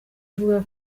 avuga